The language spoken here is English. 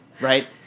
right